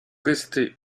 restez